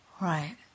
right